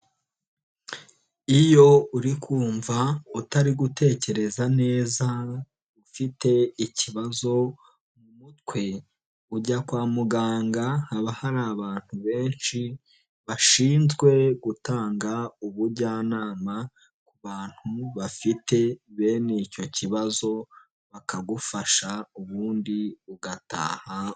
Iyo uri kumva utari gutekereza neza ufite ikibazo mu mutwe, ujya kwa muganga haba hari abantu benshi bashinzwe gutanga ubujyanama ku bantu bafite bene icyo kibazo bakagufasha ubundi ugataha.